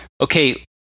Okay